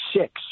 six